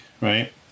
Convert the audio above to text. right